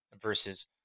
versus